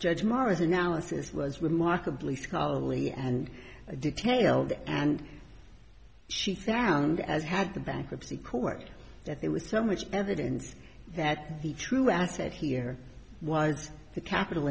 judge mars analysis was remarkably scholarly and detailed and she found as had the bankruptcy court that it was so much evidence that the true asset here was the capital